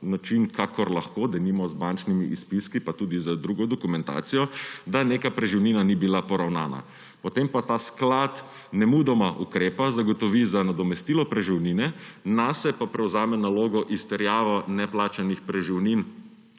način, kakor lahko, denimo z bančnimi izpiski pa tudi za drugo dokumentacijo, da neka preživnina ni bila poravnana. Potem pa ta sklad nemudoma ukrepa, zagotovi nadomestilo preživnine, nase pa prevzame nalogo izterjave neplačanih preživnin